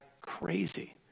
crazy